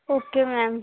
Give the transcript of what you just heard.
okay ma'am